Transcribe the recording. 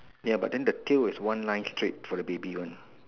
ya but then the tail is one line straight for the baby one